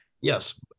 Yes